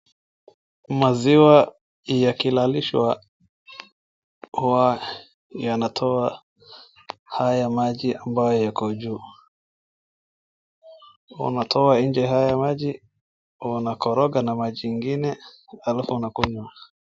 Maziwa yakilalishwa huwa yanatoa haya maji ambayo yako juu. Wanatoa nje haya maji wanakoroga ka maji ingine alafu wanakunywa.